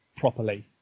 properly